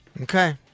Okay